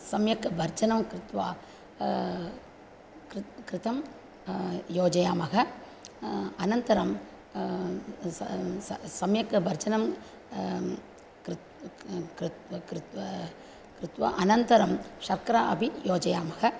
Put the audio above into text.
सम्यक् भर्जनं कृत्वा कृत् कृतं योजयामः अनन्तरं स स सम्यक् भर्जनं कृत्वा कृत्वा कृत्वा कृत्वा अनन्तरं शर्कराम् अपि योजयामः